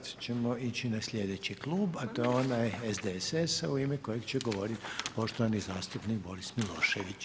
Sad ćemo ići na slijedeći Klub, a to je onaj SDSS-a u ime kojega će govoriti poštovani zastupnik Boris Milošević.